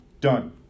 Done